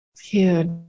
Huge